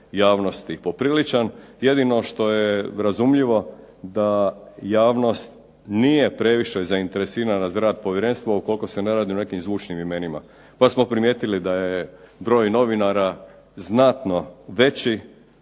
javnosti popriličan, jedino što je razumljivo da javnost nije previše zainteresirana za rad Povjerenstva ukoliko se ne radi o nekim zvučnim imenima. Pa smo primijetili da je broj novinara znatno veći